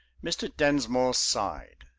mr. densmore sighed,